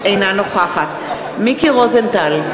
אינה נוכחת מיקי רוזנטל,